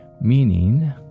Meaning